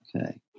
Okay